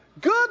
Good